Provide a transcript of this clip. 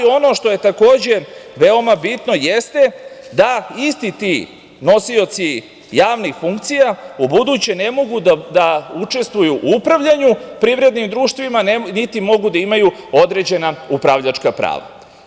Ono što je takođe veoma bitno jeste da isti ti nosioci javnih funkcija ubuduće ne mogu da učestvuju u upravljanju privrednim društvima, niti mogu da imaju određena upravljačka prava.